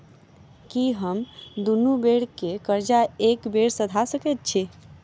की हम दुनू बेर केँ कर्जा एके बेर सधा सकैत छी?